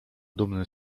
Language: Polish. dumny